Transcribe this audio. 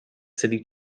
city